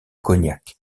cognac